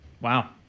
Wow